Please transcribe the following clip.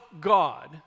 God